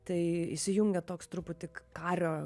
tai įsijungia toks truputį k kario